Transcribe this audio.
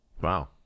Wow